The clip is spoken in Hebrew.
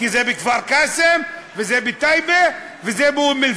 כי זה בכפר-קאסם, וזה בטייבה, וזה באום-אלפחם.